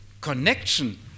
connection